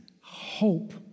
hope